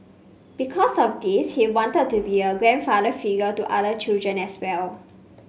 because of this he wanted to be a grandfather figure to other children as well